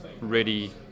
ready